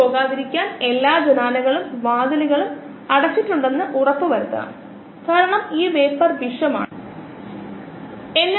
സബ്സ്ട്രേറ്റിന്റെയും ഉൽപ്പന്നത്തിൻറെയും സ്വാധീനത്തിനായുള്ള മറ്റ് മോഡലുകളും ഈ സാഹചര്യത്തിൽ ഉൽപ്പന്നത്തിന്റെ നിർദ്ദിഷ്ട വളർച്ചാ നിരക്കിനെ ബാധിച്ചേക്കാം